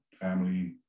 family